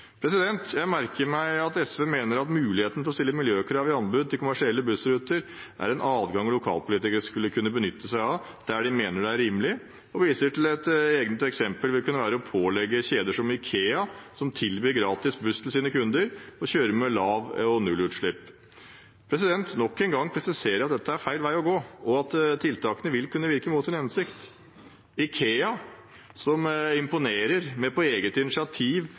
Jeg merker meg at SV mener at muligheten til å stille miljøkrav i anbud til kommersielle bussruter er en adgang lokalpolitikere skal kunne benytte seg av der de mener det er rimelig, og de viser til at et egnet eksempel vil kunne være å pålegge kjeder som IKEA, som tilbyr gratis buss til sine kunder, å kjøre med lav- eller nullutslipp. Nok en gang presiserer jeg at dette er feil vei å gå, og at tiltaket vil kunne virke mot sin hensikt – IKEA, som imponerer med på eget initiativ